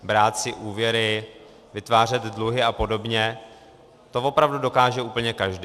Brát si úvěry, vytvářet dluhy apod., to opravdu dokáže úplně každý.